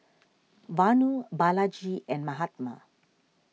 Vanu Balaji and Mahatma